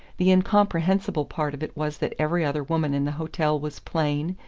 the incomprehensible part of it was that every other woman in the hotel was plain,